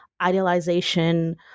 idealization